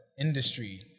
industry